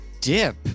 dip